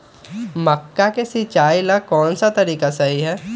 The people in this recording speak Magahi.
मक्का के सिचाई ला कौन सा तरीका सही है?